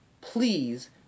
please